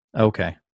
Okay